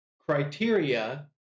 criteria